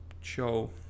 show